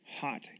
hot